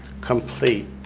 Complete